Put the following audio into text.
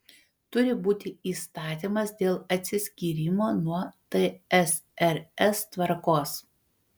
turi būti įstatymas dėl atsiskyrimo nuo tsrs tvarkos